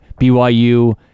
BYU